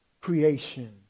creation